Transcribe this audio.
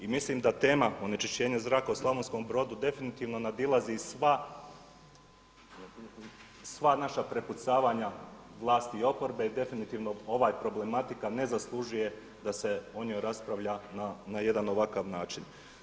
I mislim da tema onečišćenja zraka u Slavonskom Brodu definitivno nadilazi sva naša prepucavanja vlasti i oporbe i definitivno ova problematika ne zaslužuje da se o njoj raspravlja na jedan ovakav način.